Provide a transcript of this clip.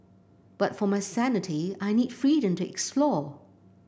but for my sanity I need freedom to explore